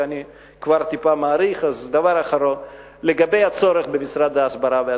ואני כבר טיפה מאריך אז דבר אחרון לגבי הצורך במשרד ההסברה והתפוצות.